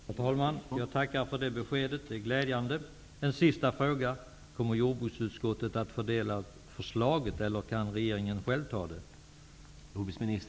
Herr talman! Jag tackar för det beskedet. Det är glädjande. Jag vill ställa en sista fråga: Kommer jordbruksutskottet att få del av förslaget, eller kan regeringen själv fatta det?